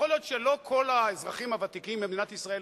יכול להיות שלא כל האזרחים הוותיקים במדינת ישראל